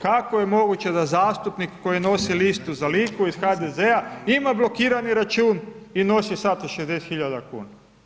Kako je moguće da zastupnik koji nosi listu za Liku iz HDZ-a ima blokirani račun i nosi sat od 60 hiljada kuna?